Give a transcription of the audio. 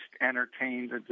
entertained